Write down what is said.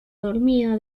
dormida